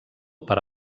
per